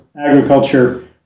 agriculture